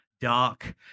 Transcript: dark